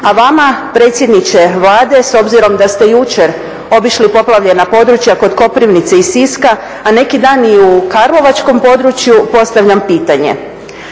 A vama predsjedniče Vlade s obzirom da ste jučer obišli poplavljena područja kod Koprivnice i Siska, a neki dan i u karlovačkom području postavljam pitanje